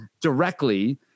directly